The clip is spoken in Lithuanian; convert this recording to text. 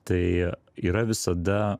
tai yra visada